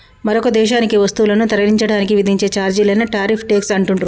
మరొక దేశానికి వస్తువులను తరలించడానికి విధించే ఛార్జీలనే టారిఫ్ ట్యేక్స్ అంటుండ్రు